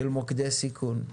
של מוקדי סיכון.